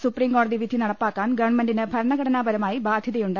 supreme കോടതി വിധി നടപ്പാ ക്കാൻ ഗവൺമെന്റിന് ഭരണഘടനാപരമായി ബാധ്യതിയുണ്ട്